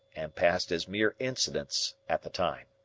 and passed as mere incidents at the time.